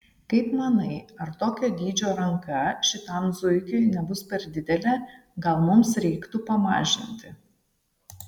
kaip manai ar tokio dydžio ranka šitam zuikiui nebus per didelė gal mums reiktų pamažinti